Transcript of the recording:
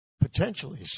potentially